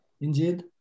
Indeed